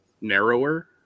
narrower